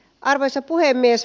arvoisa puhemies